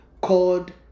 called